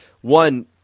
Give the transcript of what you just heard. one